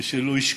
ושלא ישכחו,